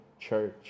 church